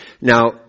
Now